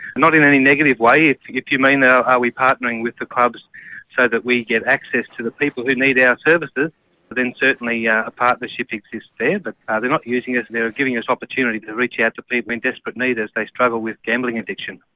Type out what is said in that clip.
not in any negative way. if you mean you know are we partnering with the clubs so that we get access to the people who need our services then certainly yeah a partnership exists there. but ah they're not using us. they're giving us opportunities to reach out to people in desperate need as they struggle with gambling addiction.